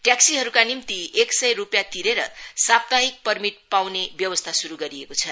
ट्याक्सीहरूका निम्ति एक सय रूपियाँ तिरेर साप्ताहिक पर्मिट पाउने व्यवस्था शुरू गरिएको छ